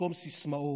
שבמקום סיסמאות,